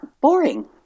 boring